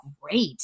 great